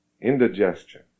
indigestion